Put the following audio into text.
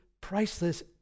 priceless